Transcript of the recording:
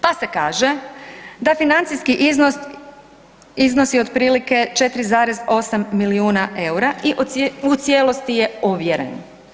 Pa se kaže da financijski iznos iznosi otprilike 4,8 milijuna EUR-a i u cijelosti je ovjeren.